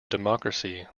democracy